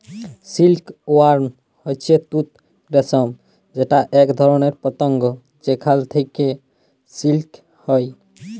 silk worm হচ্যে তুত রেশম যেটা এক ধরণের পতঙ্গ যেখাল থেক্যে সিল্ক হ্যয়